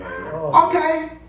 Okay